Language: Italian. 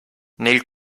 nel